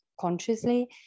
consciously